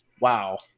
Wow